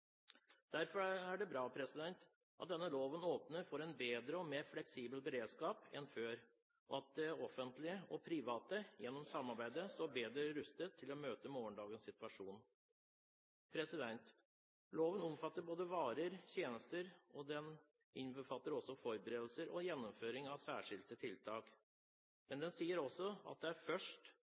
Derfor er det bra at denne loven åpner for en bedre og mer fleksibel beredskap enn før, og at det offentlige og det private gjennom samarbeidet står bedre rustet til å møte morgendagens situasjon. Loven omfatter både varer og tjenester, og den innbefatter også forberedelser og gjennomføring av særskilte tiltak. Men den sier også at det er først